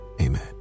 amen